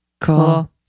Cool